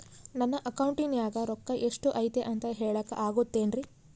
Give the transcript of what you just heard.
ನನ್ನ ಅಕೌಂಟಿನ್ಯಾಗ ರೊಕ್ಕ ಎಷ್ಟು ಐತಿ ಅಂತ ಹೇಳಕ ಆಗುತ್ತೆನ್ರಿ?